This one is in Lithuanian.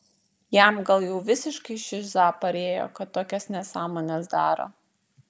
jam gal jau visiškai šiza parėjo kad tokias nesąmones daro